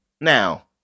now